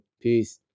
peace